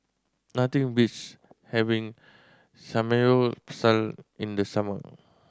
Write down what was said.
nothing beats having Samgeyopsal in the summer